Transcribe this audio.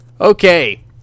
Okay